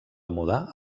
mudar